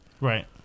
Right